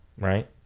Right